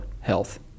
health